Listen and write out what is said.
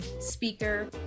speaker